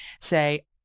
say